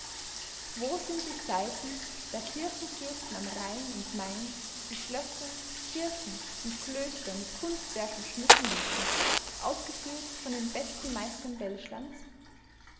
wo sind die zeiten da kirchenfürsten am rhein und main die schlösser kirchen und klöster mit kunstwerken schmücken ließen ausgeführt von den besten meistern welschlands